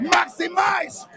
Maximize